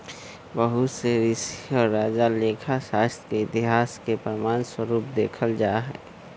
बहुत से ऋषि और राजा लेखा शास्त्र के इतिहास के प्रमाण स्वरूप देखल जाहई